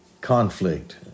conflict